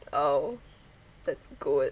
!ow! that's good